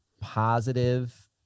positive